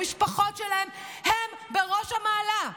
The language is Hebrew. המשפחות שלהם הם בראש המעלה.